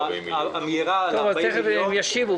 הם ישיבו.